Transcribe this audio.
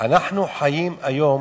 אנחנו חיים היום